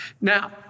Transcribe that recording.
Now